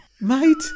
Mate